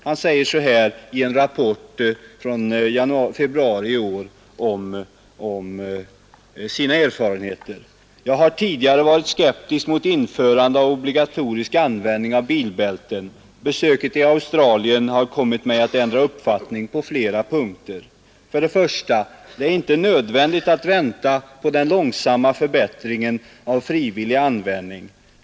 Han säger så här i en rapport från februari i år om sina erfarenheter: ”Jag har tidigare varit skeptisk mot införande av obligatorisk användning av bilbälten. Besöket i Australien har kommit mig att ändra uppfattning på flera punkter: 1) Det är inte nödvändigt att vänta på den långsamma förbättringen av frivillig användning.